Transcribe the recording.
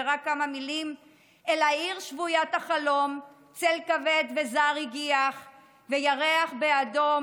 ורק כמה מילים: "אל העיר שבוית החלום / צל כבד וזר הגיח / וירח באדום